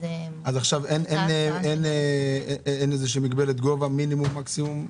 --- אז עכשיו אין איזושהי מגבלת גובה מינימום מקסימום?